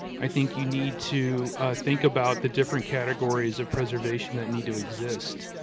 i think you need to think about the different categories of preservation that need to exist.